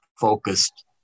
focused